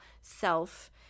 self